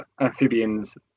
amphibians